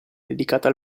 dedicata